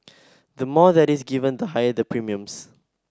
the more that is given the higher the premiums